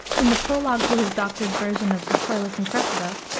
in the prologue to his doctored version of troilus and cressida,